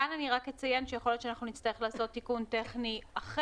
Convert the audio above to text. כאן אני רק אציין שנצטרך לעשות תיקון טכני אחר